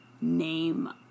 name